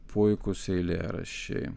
puikūs eilėraščiai